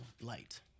light